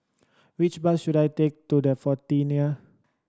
which bus should I take to The